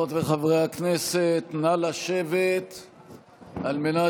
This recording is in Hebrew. חברות וחברי הכנסת, נא לשבת, בבקשה.